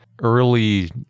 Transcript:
early